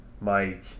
Mike